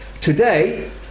Today